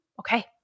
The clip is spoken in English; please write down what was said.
okay